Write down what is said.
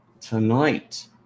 tonight